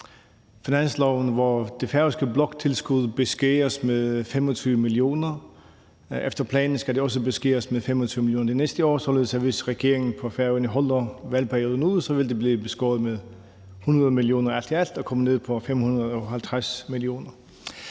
finansloven, hvor det færøske bloktilskud beskæres med 25 mio. kr. Efter planen skal det også beskæres med 25 mio. kr. næste år, således hvis regeringen på Færøerne holder valgperioden ud, vil det blive beskåret med 100 mio. kr. alt i alt og komme ned på 550 mio.